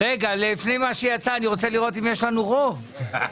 כי פעם קודמת כל השבעה עד 40 קילומטר,